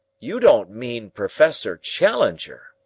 you don't mean professor challenger?